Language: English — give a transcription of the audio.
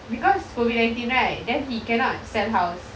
because COVID nineteen right then he cannot sell house